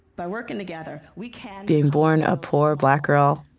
by working together, we can, being born a poor black girl,